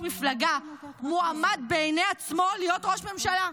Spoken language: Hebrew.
מפלגה מועמד בפני עצמו להיות ראש ממשלה,